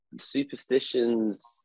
Superstitions